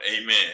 Amen